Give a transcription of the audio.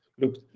look